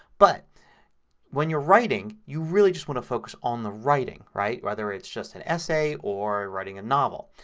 but when you're writing you really just want to focus on the writing. right. whether it's just an essay or writing a novel.